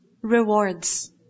rewards